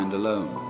alone